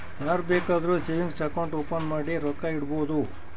ಯಾರ್ ಬೇಕಾದ್ರೂ savings account open ಮಾಡಿ ರೊಕ್ಕಾ ಇಡ್ಬೋದು